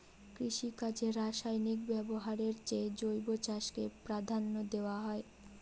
কৃষিকাজে রাসায়নিক ব্যবহারের চেয়ে জৈব চাষকে প্রাধান্য দেওয়া হয়